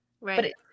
right